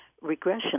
regression